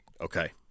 Okay